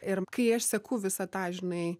ir kai aš seku visą tą žinai